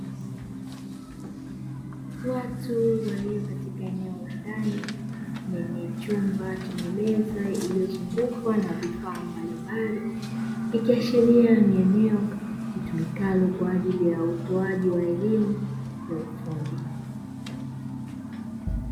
Watu walio katika eneo la ndani lenye chumba chenye meza iliyozungukwa na vifaa mbalimbali ikiashiria ni eneo litumikalo kwa ajili ya utoaji wa elimu ya ufundi.